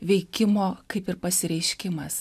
veikimo kaip ir pasireiškimas